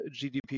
GDP